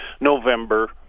November